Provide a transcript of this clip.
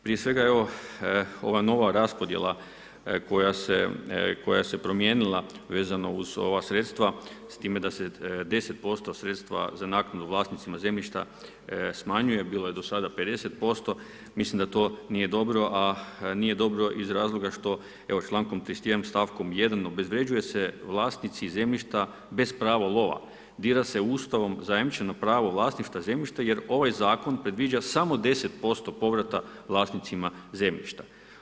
Prije svega evo ova nova preraspodjela koja se promijenila vezano uz ova sredstva s time da se 10% sredstva za naknadu vlasnicima zemljišta smanjuje bilo je do sada 50% mislim da to nije dobro, a nije dobro iz razloga što evo člankom 31. stavkom 1. obezvređuje se vlasnici zemljišta bez pravo lova, dira se u ustavnom zajamčeno pravo vlasništva zemljišta jer ovaj zakon predviđa samo 10% povrata vlasnicima zemljišta.